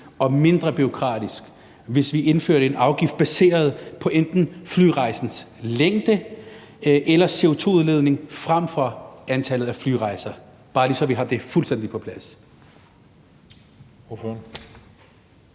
og mindre bureaukratisk, hvis vi indførte en afgift, baseret på enten flyrejsens længde eller CO2-udledning fremfor på antallet af flyrejser – bare så vi lige har det fuldstændig på plads.